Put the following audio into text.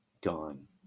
gone